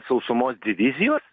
sausumos divizijos